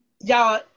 y'all